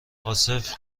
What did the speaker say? عاصف